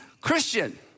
Christian